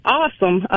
awesome